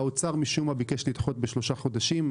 והאוצר משום-מה ביקש לדחות בשלושה חודשים.